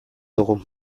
dugu